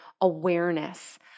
awareness